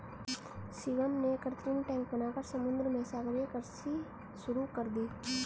शिवम ने कृत्रिम टैंक बनाकर समुद्र में सागरीय कृषि शुरू कर दी